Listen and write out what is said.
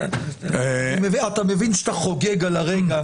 אתה מבין שאתה חוגג על הרגע